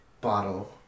Bottle